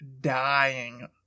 dying